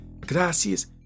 Gracias